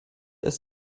als